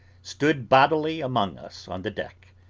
stood bodily among us on the deck.